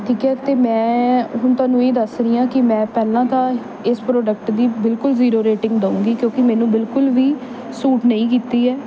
ਠੀਕ ਹੈ ਅਤੇ ਮੈਂ ਹੁਣ ਤੁਹਾਨੂੰ ਇਹ ਦੱਸ ਰਹੀ ਹਾਂ ਕਿ ਮੈਂ ਪਹਿਲਾਂ ਤਾਂ ਇਸ ਪ੍ਰੋਡਕਟ ਦੀ ਬਿਲਕੁਲ ਜ਼ੀਰੋ ਰੇਟਿੰਗ ਦਊਂਗੀ ਕਿਉਂਕਿ ਮੈਨੂੰ ਬਿਲਕੁਲ ਵੀ ਸੂਟ ਨਹੀਂ ਕੀਤੀ ਹੈ